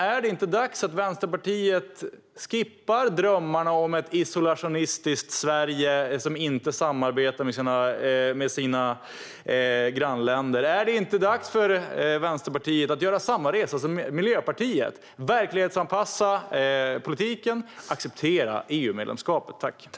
Är det inte dags att Vänsterpartiet skippar drömmarna om ett isolationistiskt Sverige som inte samarbetar med sina grannländer, Ulla Andersson? Är det inte dags för Vänsterpartiet att göra samma resa som Miljöpartiet har gjort och verklighetsanpassa politiken och acceptera EU-medlemskapet?